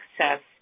access